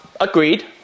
agreed